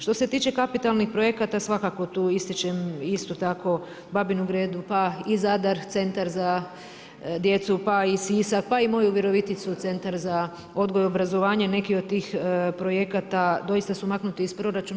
Što se tiče kapitalnih projekata svakako tu ističem isto tako Babinu Gredu, pa i Zadar Centar za djecu, pa i Sisak, pa i moju Viroviticu Centar za odgoj i obrazovanje neki od tih projekata doista su maknuti iz proračuna.